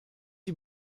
die